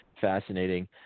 fascinating